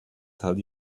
tell